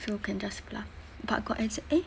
so can just fluff but got ex~ eh